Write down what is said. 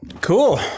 Cool